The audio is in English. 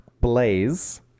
Blaze